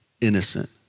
innocent